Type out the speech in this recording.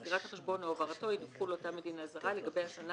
סגירת החשבון או העברתו ידווחו לאותה מדינה זרה לגבי השנה